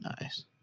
Nice